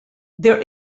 there